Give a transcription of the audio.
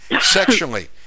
sexually